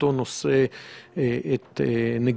אבל בממוצע זה תשעה